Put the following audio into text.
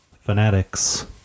Fanatics